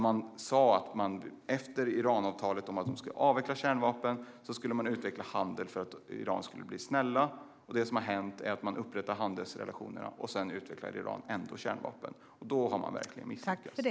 Man sa att man efter Iranavtalet om avveckling av kärnvapen skulle utveckla handel för att Iran skulle bli snälla. Det som har hänt är att man upprättar handelsrelationer, och sedan utvecklar Iran ändå kärnvapen. Då har man verkligen misslyckats.